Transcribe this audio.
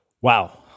Wow